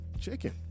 chicken